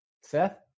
Seth